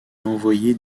envoyer